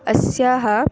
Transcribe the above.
अस्याः